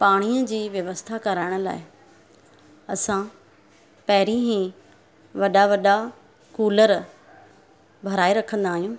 पाणीअ जी व्यवस्था कराइण लाइ असां पहिरीं ई वॾा वॾा कूलर भराए रखंदा आहियूं